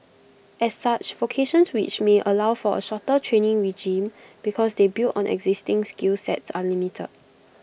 as such vocations which may allow for A shorter training regime because they build on existing skill sets are limited